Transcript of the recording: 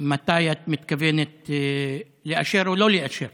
מתי את מתכוונת לאשר או לא לאשר